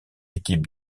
équipe